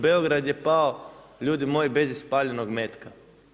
Beograd je pao ljudi moji bez ispaljenog metka.